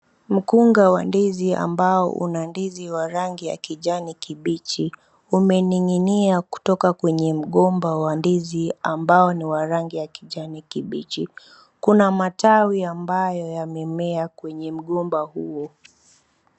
Mukunga wa ndizi amboa una ndizi wa rangi wa kijani kibichi, umeninginia kutoka kwenye mgomba wa ndizi ambao ni wa kijani kibichi. Kuna matawi ambayo yamemea kwenye mgomba huo.